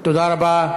תודה רבה.